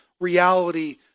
reality